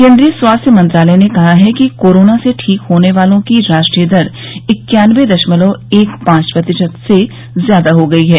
केन्द्रीय स्वास्थ्य मंत्रालय ने कहा है कि कोरोना से ठीक होने वालों की राष्ट्रीय दर इक्यानबे दशमलव एक पांच प्रतिशत से ज्यादा हो गई है